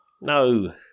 no